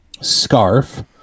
scarf